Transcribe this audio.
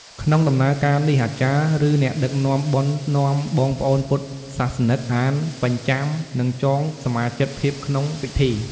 ក្នុងដំណើរការនេះ អាចារ្យ ឬអ្នកដឹកនាំបុណ្យនាំបងប្អូនពុទ្ធសាសនិកអានបញ្ចាំនិងចងសមាជិកភាពក្នុងពិធី។